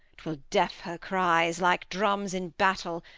twill deaf her cries like drums in battle,